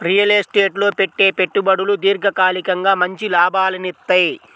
real estate లో పెట్టే పెట్టుబడులు దీర్ఘకాలికంగా మంచి లాభాలనిత్తయ్యి